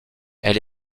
elle